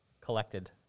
collected